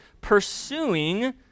pursuing